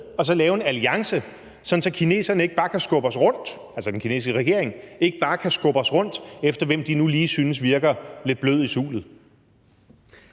og så lave en alliance, sådan at den kinesiske regering ikke bare kan skubbe os rundt efter, hvem de nu lige synes virker lidt blød i sulet.